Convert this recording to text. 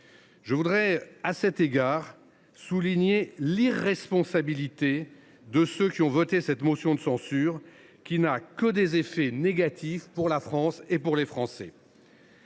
Je voudrais, à cet égard, souligner l’irresponsabilité de ceux qui ont voté cette motion de censure, qui n’a que des effets négatifs pour la France et les Français.